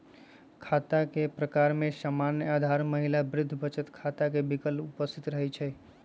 खता के प्रकार में सामान्य, आधार, महिला, वृद्धा बचत खता के विकल्प उपस्थित रहै छइ